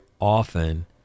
often